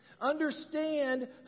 Understand